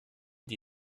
die